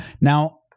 Now